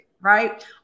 right